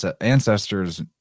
ancestors